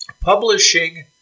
publishing